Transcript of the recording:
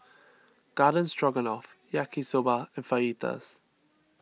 Garden Stroganoff Yaki Soba and Fajitas